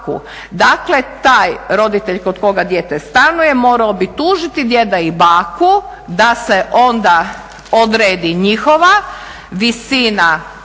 Dakle, taj roditelj kod koga dijete stanuje morao bi tužiti djeda i baku da se onda odredi njihova visina